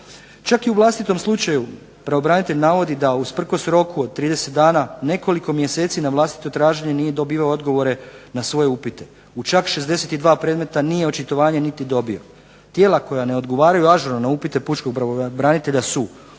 Čak i u vlastitom slučaju pravobranitelj navodi da usprkos roku od 30 dana nekoliko mjeseci na vlastito traženje nije dobio odgovore na svoje upite. U čak 62 predmeta nije očitovanje niti dobio. Tijela koja ne odgovaraju ažurno na upite pučkog pravobranitelja su